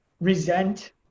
resent